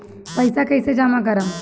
पैसा कईसे जामा करम?